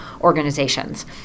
organizations